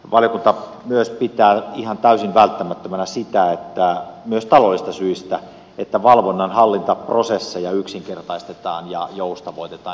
valiokunta myös pitää ihan täysin välttämättömänä myös taloudellisista syistä sitä että valvonnan hallintaprosesseja yksinkertaistetaan ja joustavoitetaan